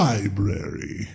Library